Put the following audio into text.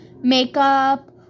makeup